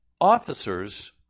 officers